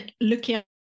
looking